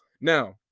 Now